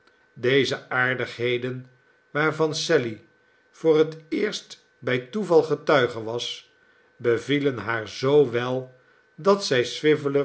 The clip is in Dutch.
deze aardigheden waarvan sally voor het eerst bij toeval getuige was bevielen haar zoo wel dat zij